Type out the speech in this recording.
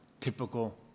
typical